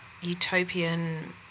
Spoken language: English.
utopian